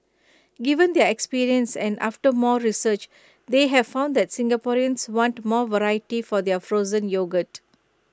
given their experience and after more research they have found that Singaporeans want more variety for their frozen yogurt